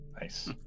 Nice